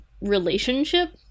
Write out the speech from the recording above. relationship